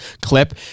clip